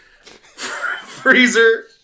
Freezer